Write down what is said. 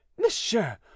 monsieur